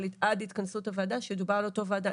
'עד התכנסות הוועדה' שידובר על אותה ועדה.